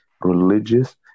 religious